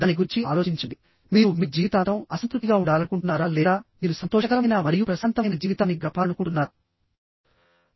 దాని గురించి ఆలోచించండి మీరు మీ జీవితాంతం అసంతృప్తిగా ఉండాలనుకుంటున్నారా లేదా మీరు సంతోషకరమైన మరియు ప్రశాంతమైన జీవితాన్ని గడపాలనుకుంటున్నారా